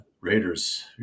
raiders